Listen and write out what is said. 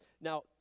Now